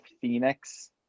Phoenix